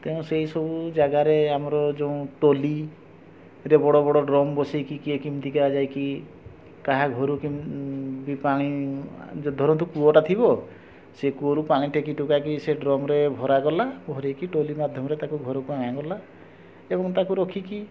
ତେଣୁ ସେଇ ସବୁ ଯାଗାରେ ଆମର ଯେଉଁ ଟୋଲିରେ ବଡ଼ ବଡ଼ ଡ୍ରମ୍ ବସେଇ କି କିଏ କିମତିକା ଯାଇ କି କାହା ଘରକୁ କିମ ବି ପାଣି ଯ ଧରନ୍ତୁ କୂଅଟା ଥିବ ସେ କୂଅରୁ ପାଣି ଟେକି ଟୁକା କି ସେ ଡ୍ରମ୍ରେ ଭରା ଗଲା ଭରି କି ଟୋଲି ମାଧ୍ୟମରେ ତାକୁ ଘରକୁ ଅଣା ଗଲା ଏବଂ ତାକୁ ରଖିକି